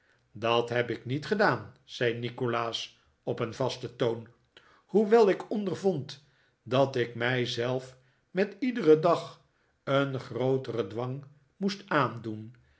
dat heb ik niet gedaan zei nikolaas op een vasten toon hoewel ik ondervond dat ik mij zelf met iederen dag een grooteren dwang moest aandoen